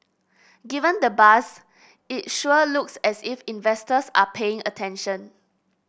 given the buzz it sure looks as if investors are paying attention